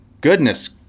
goodness